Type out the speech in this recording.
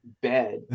bed